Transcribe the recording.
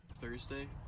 Thursday